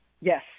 Yes